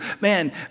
man